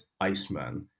iceman